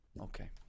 okay